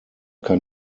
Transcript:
kann